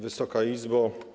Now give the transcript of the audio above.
Wysoka Izbo!